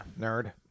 nerd